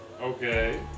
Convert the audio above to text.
Okay